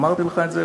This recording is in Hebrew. אמרתי לך את זה,